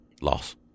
Loss